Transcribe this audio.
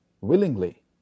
willingly